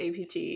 APT